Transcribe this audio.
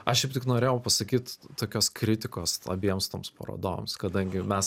aš šiaip tik norėjau pasakyt tokios kritikos abiems toms parodoms kadangi mes